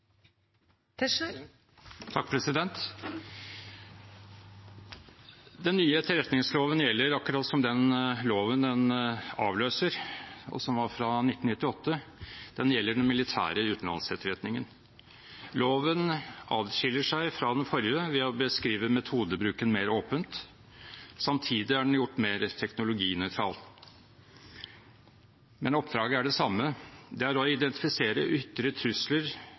den loven den avløser, som var fra 1998, den militære utenlandsetterretningen. Loven adskiller seg fra den forrige ved å beskrive metodebruken mer åpent. Samtidig er den gjort mer teknologinøytral. Men oppdraget er det samme. Det er å identifisere ytre trusler